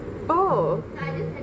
oh